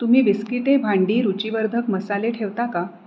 तुम्ही बिस्किटे भांडी रुचीवर्धक मसाले ठेवता का